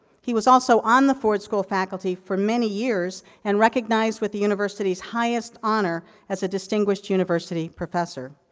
he was also on the ford school faculty for many years, and recognized with the university's highest honor as a distinguished university professor.